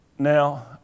Now